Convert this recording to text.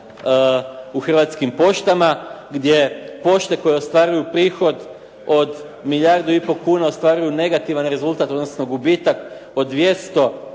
u Hrvatskim poštama gdje pošte koje ostvaruju prihod od milijardu i pol kuna ostvaruju negativan rezultat, odnosno gubitak od 241